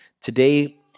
Today